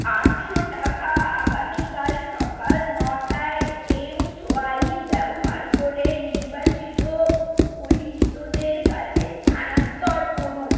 আটশো টাকা আগামীকাল সকাল নটায় এমসোয়াইপ ব্যবহার করে নির্বাচিত পরিচিতদের কাছে স্থানান্তর করুন